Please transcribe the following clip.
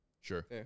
Sure